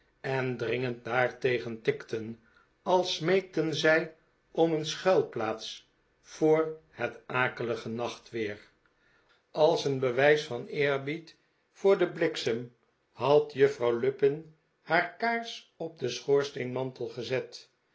en dringend daartegen tikten als smeekten zij om een schuilplaats voor het akelige nachtweer als een bewijs van eerbied voor den bliksem had juffrouw lupin haar kaars op den schoorsteenmantel gezet